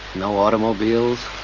no automobiles,